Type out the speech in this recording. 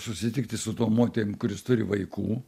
susitikti su tom moterim kurios turi vaikų